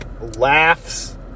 laughs